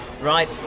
right